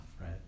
right